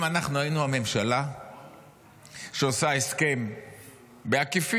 אם אנחנו היינו הממשלה שעושה הסכם בעקיפין